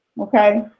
Okay